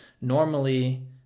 normally